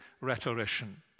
rhetorician